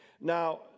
now